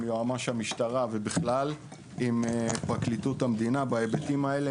יועמ"ש המשטרה ועם פרקליטות המדינה בהיבטים האלה,